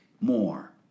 more